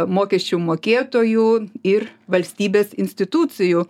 mokesčių mokėtojų ir valstybės institucijų